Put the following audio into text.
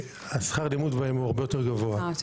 שכר הלימוד בהן הוא הרבה יותר גבוהה.